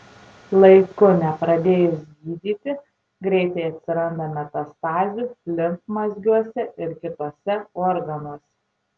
laiku nepradėjus gydyti greitai atsiranda metastazių limfmazgiuose ir kituose organuose